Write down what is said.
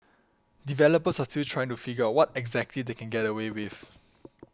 developers are still trying to figure out what exactly they can get away with